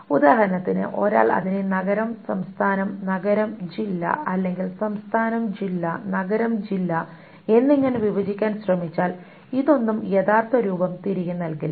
ഉദാഹരണത്തിന് ഒരാൾ അതിനെ നഗരം സംസ്ഥാനം നഗരം ജില്ല അല്ലെങ്കിൽ സംസ്ഥാനം ജില്ല നഗരം ജില്ല എന്നിങ്ങനെ വിഭജിക്കാൻ ശ്രമിച്ചാൽ ഇതൊന്നും യഥാർത്ഥ രൂപം തിരികെ നൽകില്ല